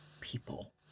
people